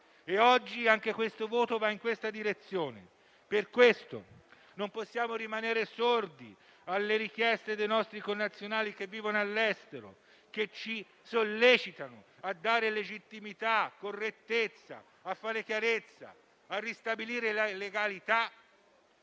e anche il voto di oggi va in questa direzione. Per questo non possiamo rimanere sordi alle richieste dei nostri connazionali che vivono all'estero, che ci sollecitano a dare legittimità e correttezza, a fare chiarezza e a ristabilire la legalità.